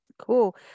cool